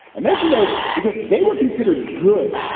i mentioned those because they were considered good.